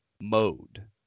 mode